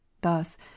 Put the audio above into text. thus